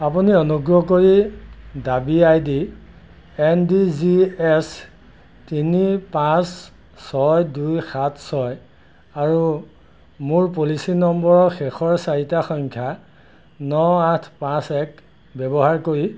আপুনি অনুগ্ৰহ কৰি দাবী আই ডিৰ এন ডি জি এচ তিনি পাঁচ ছয় দুই সাত ছয় আৰু মোৰ পলিচি নম্বৰ শেষৰ চাৰিটা সংখ্যা ন আঠ পাঁচ এক ব্যৱহাৰ কৰি